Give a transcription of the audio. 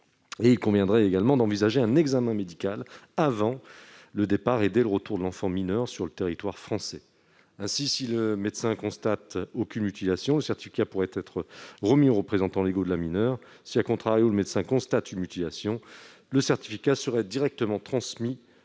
Il conviendrait également d'envisager un examen médical avant le départ et dès le retour de l'enfant mineur sur le territoire français. Ainsi, si le médecin ne constate aucune mutilation, le certificat pourrait être remis aux représentants légaux de la mineure ; si,, le médecin constate une mutilation, le certificat sera directement transmis